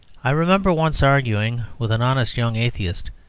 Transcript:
i remember once arguing with an honest young atheist,